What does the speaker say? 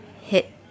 hit